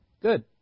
good